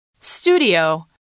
Studio